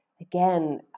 again